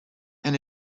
and